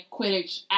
Quidditch